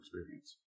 experience